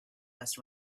less